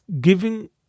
giving